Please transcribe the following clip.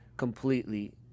Completely